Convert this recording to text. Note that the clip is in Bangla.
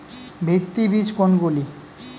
ভিত্তি বীজ কোনগুলি?